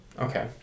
Okay